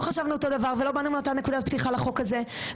חשבנו אותו דבר ולא באנו מאותה נקודת פתיחה לחוק הזה,